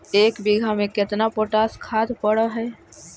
एक बिघा में केतना पोटास खाद पड़ है?